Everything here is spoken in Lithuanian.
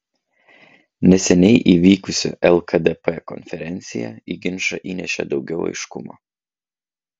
neseniai įvykusi lkdp konferencija į ginčą įnešė daugiau aiškumo